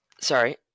Sorry